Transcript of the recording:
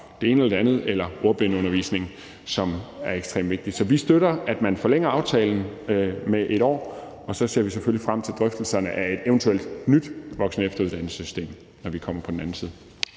det ene til det andet eller få den ordblindeundervisning, som er ekstremt vigtig. Så vi støtter, at man forlænger aftalen med 1 år, og så ser vi selvfølgelig frem til drøftelserne om et eventuelt nyt voksen- og efteruddannelsessystem, når vi kommer på den anden side.